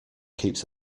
keeps